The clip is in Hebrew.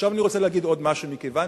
עכשיו אני רוצה להגיד עוד משהו: מכיוון